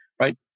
right